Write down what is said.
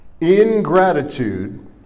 ingratitude